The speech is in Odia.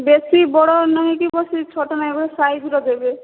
ବେଶୀ ବଡ଼ ନାହିଁ କି ବେଶୀ ଛୋଟ ନାହିଁ ଗୋଟେ ସାଇଜ୍ ରେ ଦେବେ